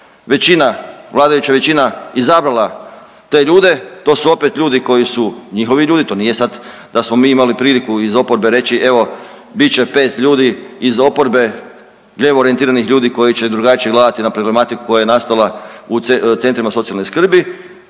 većina, vladajuća većina izabrala te ljude. To su opet ljudi koji su njihovi ljudi. To nije sad da smo mi imali priliku iz oporbe reći evo bit će pet ljudi iz oporbe, lijevo orijentiranih ljudi koji će drugačije gledati na problematiku koja je nastala u centrima socijalne skrbi.